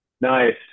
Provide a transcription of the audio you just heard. Nice